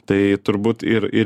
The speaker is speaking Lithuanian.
tai turbūt ir ir